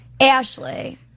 Ashley